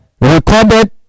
recorded